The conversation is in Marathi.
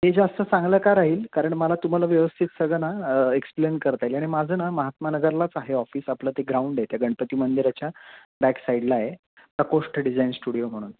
ते जास्त चांगलं का राहील कारण मला तुम्हाला व्यवस्थित सगळं ना एक्सप्लेन करता येईल आणि माझं ना महात्मा नगरलाच आहे ऑफिस आपलं ते ग्राउंड आहे त्या गणपती मंदिराच्या बॅक साईडला आहे प्रकोष्ठ डिझाईन स्टुडिओ म्हणून